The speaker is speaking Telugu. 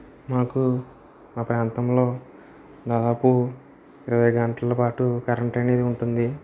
మాకు మా ప్రాంతంలో దాదాపు ఇరవై గంటల పాటు కరెంట్ అనేది ఉంటుంది